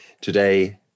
today